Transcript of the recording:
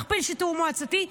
מכפיל שיטור מועצתי,